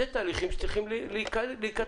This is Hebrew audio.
אלה תהליכים שצריכים להיכתב.